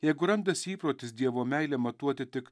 jeigu randasi įprotis dievo meilę matuoti tik